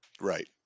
right